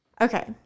okay